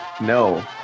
No